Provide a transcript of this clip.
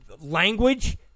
language